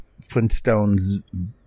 Flintstones